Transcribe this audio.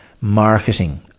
marketing